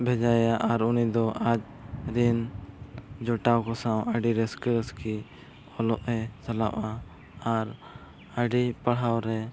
ᱵᱷᱮᱡᱟᱭᱮᱭᱟ ᱟᱨ ᱩᱱᱤᱫᱚ ᱟᱡᱨᱮᱱ ᱡᱚᱴᱟᱣ ᱠᱚ ᱥᱟᱶ ᱟᱹᱰᱤ ᱨᱟᱹᱥᱠᱟᱹᱼᱨᱟᱹᱥᱠᱤ ᱚᱞᱚᱜᱮ ᱪᱟᱞᱟᱜᱼᱟ ᱟᱨ ᱟᱹᱰᱤ ᱯᱟᱲᱦᱟᱣ ᱨᱮ